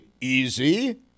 easy